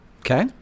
Okay